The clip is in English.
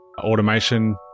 automation